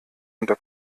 unter